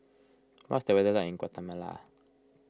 what is the weather like in Guatemala